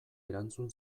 erantzun